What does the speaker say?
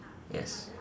yes